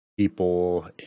people